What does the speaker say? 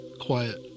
Quiet